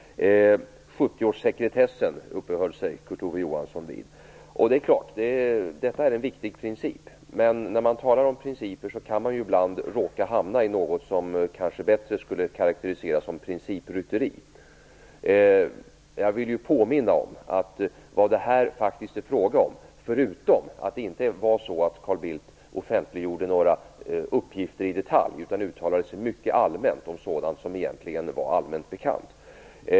årssekretessen. Det är klart att det är en viktig princip. Men när man talar om principer så kan man ibland råka hamna i något som kanske bättre skulle kunna karaktäriseras som principrytteri. Jag vill påminna om att Carl Bildt inte offentliggjorde några detaljuppgifter utan uttalade sig mycket allmänt om sådant som egentligen var allmänt bekant.